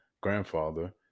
grandfather